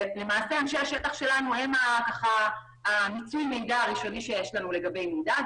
למעשה אנשי השטח שלנו הם מיצוי המידע הראשוני שיש לנו לגבי המקרה,